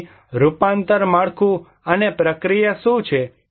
તેથી રૂપાંતર માળખું અને પ્રક્રિયા શું છે